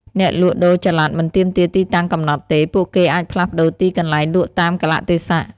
អ្នកលក់ដូរចល័តមិនទាមទារទីតាំងកំណត់ទេ ពួកគេអាចផ្លាស់ប្តូរទីកន្លែងលក់តាមកាលៈទេសៈ។